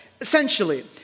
essentially